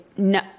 No